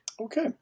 Okay